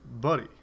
Buddy